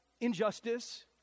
injustice